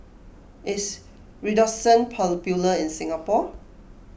is Redoxon popular in Singapore